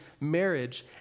marriage